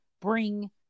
bring